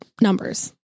numbers